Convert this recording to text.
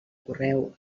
correu